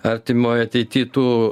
artimoj ateity tų